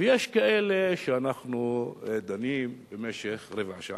ויש כאלה שאנחנו דנים במשך רבע שעה.